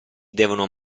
devono